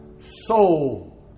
soul